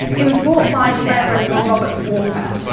it was bought by the reverend robert walker,